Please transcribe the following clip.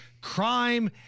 crime